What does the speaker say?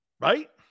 Right